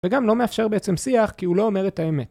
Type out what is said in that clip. וגם לא מאפשר בעצם שיח כי הוא לא אומר את האמת